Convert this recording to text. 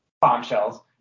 bombshells